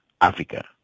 africa